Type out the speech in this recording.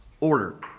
order